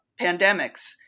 pandemics